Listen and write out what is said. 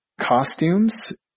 costumes